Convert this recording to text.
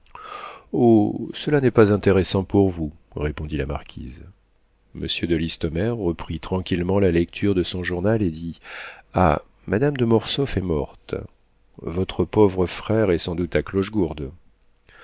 cela n'est pas intéressant pour vous répondit la marquise monsieur de listomère reprit tranquillement la lecture de son journal et dit ah madame de mortsauf est morte votre pauvre frère est sans doute à clochegourde